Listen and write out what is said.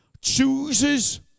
chooses